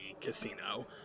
casino